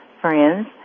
friends